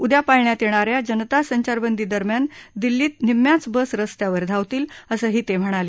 उद्या पाळण्यात येणा या जनता संचारबंदी दरम्यान दिल्लीत निम्म्याच बस रस्त्यावर धावतील असंही ते म्हणाले